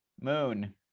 moon